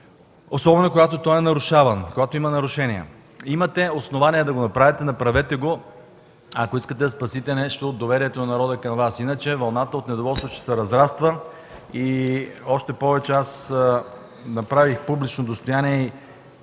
особено когато е нарушаван, щом има нарушения. Имате основания да го направите, направете го, ако искате да спасите нещо от доверието на народа към Вас. Иначе вълната от недоволство ще се разраства. Още повече: аз направих публично достояние